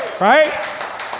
Right